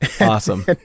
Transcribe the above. Awesome